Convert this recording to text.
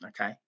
Okay